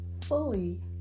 fully